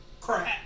crap